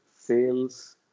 sales